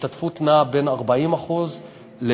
ההשתתפות נעה בין 40% ל-90%,